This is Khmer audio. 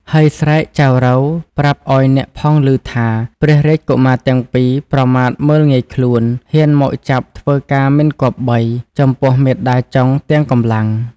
ហើយស្រែកចៅរៅប្រាប់ឲ្យអ្នកផងឮថា ព្រះរាជកុមារទាំងពីរ ប្រមាថមើលងាយខ្លួន ហ៊ានមកចាប់ធ្វើការមិនគប្បី ចំពោះមាតាចុងទាំងកម្លាំង ។